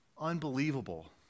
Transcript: unbelievable